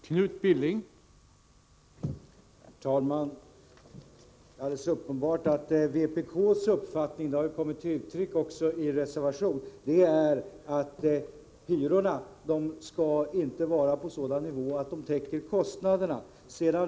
Herr talman! Det är alldeles uppenbart att vpk:s uppfattning, som också har kommit till uttryck i reservationen, är att hyrorna inte skall ligga på sådan nivå att de täcker kostnaderna.